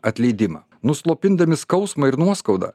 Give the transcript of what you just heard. atleidimą nuslopindami skausmą ir nuoskaudą